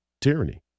tyranny